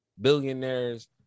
billionaires